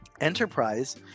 Enterprise